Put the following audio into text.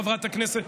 חברת הכנסת,